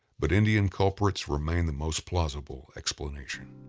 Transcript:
but indian culprits remain the most plausible explanation.